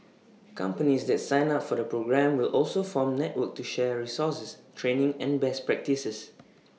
companies that sign up for the programme will also form network to share resources training and best practices